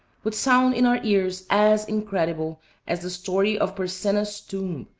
would sound in our ears as incredible as the story of porsenna's tomb,